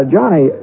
Johnny